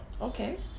okay